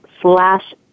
slash